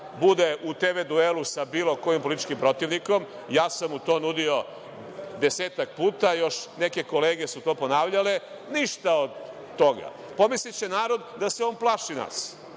bude u TV duelu sa bilo kojim političkim protivnikom. Ja sam mu to nudio desetak puta, još neke kolege su to ponavljale, ništa od toga. Pomisliće narod da se on plaši nas,